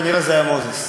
כנראה זה היה מוזס.